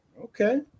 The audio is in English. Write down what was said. Okay